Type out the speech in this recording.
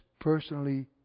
personally